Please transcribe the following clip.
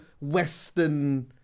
Western